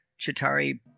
Chitari